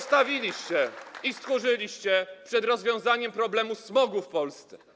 Stchórzyliście przed rozwiązaniem problemu smogu w Polsce.